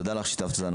תודה לך ששיתפת אותנו.